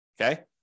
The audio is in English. Okay